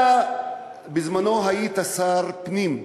אתה בזמנך היית שר הפנים,